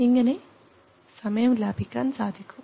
ഇങ്ങനെ സമയം ലാഭിക്കാൻ സാധിക്കും